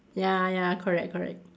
ya ya correct correct